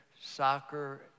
soccer